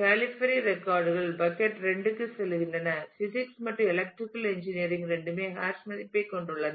கலிஃபீரி record கள் bucket 2 க்குச் செல்கின்றன பிசிக்ஸ் மற்றும் எலக்ட்ரிக்கல் இன்ஜினியரிங் இரண்டுமே ஹாஷ் மதிப்பைக் கொண்டுள்ளன